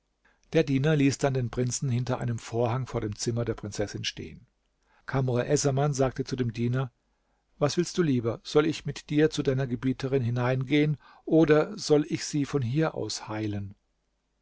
der diener ließ dann den prinzen hinter einem vorhang vor dem zimmer der prinzessin stehen kamr essaman sagte zu dem diener was willst du lieber soll ich mit dir zu deiner gebieterin hineingehen oder soll ich sie von hier aus heilen